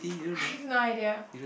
I have no idea